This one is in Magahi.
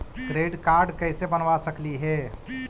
क्रेडिट कार्ड कैसे बनबा सकली हे?